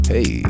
Hey